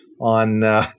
on